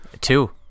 two